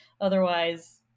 Otherwise